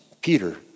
Peter